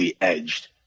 edged